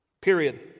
period